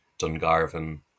Dungarvan